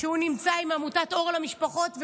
שנמצא עם עמותת אור למשפחות,